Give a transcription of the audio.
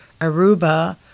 Aruba